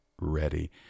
ready